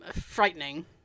Frightening